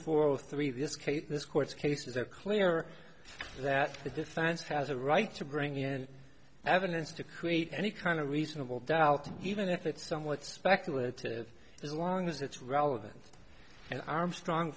for three this case this court's cases are clear that the defense has a right to bring in evidence to create any kind of reasonable doubt even if it's somewhat speculative as long as it's relevant and armstrong